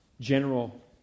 general